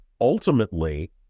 ultimately